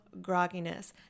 grogginess